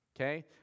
Okay